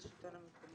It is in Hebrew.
של ההמתנה